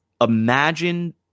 imagine